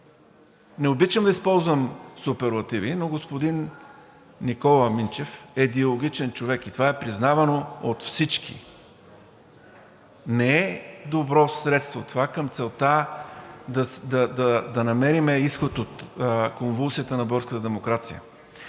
Не обичам да използвам суперлативи, но господин Никола Минчев е диалогичен човек и това е признавано от всички. Не е добро средство това към целта да намерим изход от конвулсията на българската демокрация.